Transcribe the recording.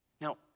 Now